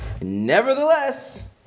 Nevertheless